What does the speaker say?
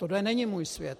Tohle není můj svět.